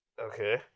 Okay